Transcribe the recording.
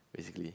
basically